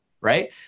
right